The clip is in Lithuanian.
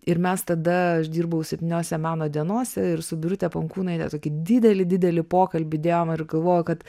ir mes tada aš dirbau septyniose meno dienose ir su birute pankūnaite tokį didelį didelį pokalbį įdėjom ir galvoju kad